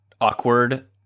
awkward